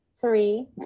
Three